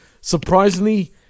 Surprisingly